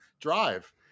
Drive